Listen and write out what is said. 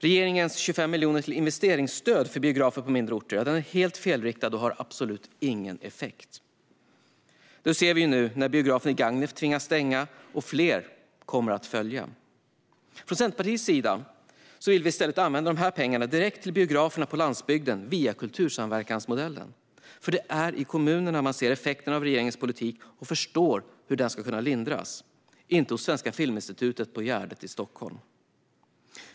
Regeringens 25 miljoner till investeringsstöd för biografer på mindre orter är helt felriktade och har absolut ingen effekt. Detta ser vi nu när biografen i Gagnef tvingats stänga. Fler kommer att följa. Från Centerpartiets sida vill vi i stället använda dessa pengar direkt till biograferna på landsbygden via kultursamverkansmodellen. För det är i kommunerna som man ser effekterna av regeringens politik och förstår hur de kan lindras, inte hos Svenska Filminstitutet på Gärdet i Stockholm.